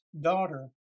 Daughter